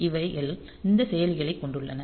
இவைகள் இந்த செயலிகளை கொண்டுள்ளன